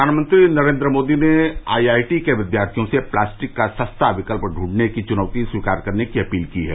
प्रघानमंत्री नरेन्द्र मोदी ने आईआईटी के विद्यार्थियों से प्लास्टिक का सस्ता विकल्प दूढ़ने की चुनौती स्वीकार करने की अपील की है